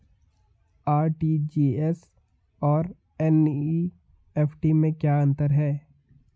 RTGS और NEFT में क्या अंतर है?